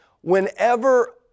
Whenever